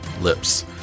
lips